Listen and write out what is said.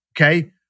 okay